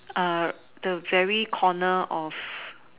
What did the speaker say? the very corner of